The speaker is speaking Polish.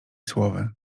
słowy